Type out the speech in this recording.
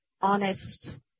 honest